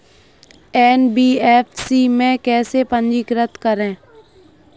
NBFC में कैसे पंजीकृत करें?